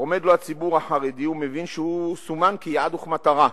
עומד לו הציבור החרדי ומבין שהוא סומן כיעד וכמטרה,